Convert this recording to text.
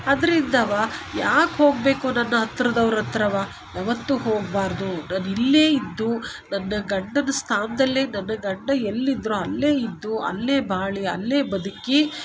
ಅದ್ರಿಂದ ಯಾಕೆ ಹೋಗಬೇಕು ನನ್ನ ಹತ್ರದವರಹತ್ರ ಯಾವತ್ತೂ ಹೋಗಬಾರ್ದು ನಾನು ಇಲ್ಲೇ ಇದ್ದು ನನ್ನ ಗಂಡನ ಸ್ಥಾನದಲ್ಲೇ ನನ್ನ ಗಂಡ ಎಲ್ಲಿದ್ರೂ ಅಲ್ಲೇ ಇದ್ದು ಅಲ್ಲೇ ಬಾಳಿ ಅಲ್ಲೇ ಬದುಕಿ